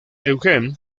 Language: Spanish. eugene